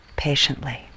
patiently